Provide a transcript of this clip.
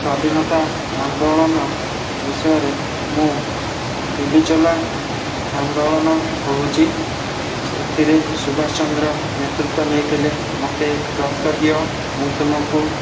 ସ୍ୱାଧୀନତା ଆନ୍ଦୋଳନ ବିଷୟରେ ମୁଁ ଦିଲ୍ଲୀ ଚଲୋ ଆନ୍ଦୋଳନ କହୁଛି ସେଥିରେ ସୁଭାଷ ଚନ୍ଦ୍ର ନେତୃତ୍ୱ ନେଇଥିଲେ ମୋତେ ରକ୍ତ ଦିଅ ମୁଁ ତୁମକୁ